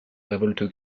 révolte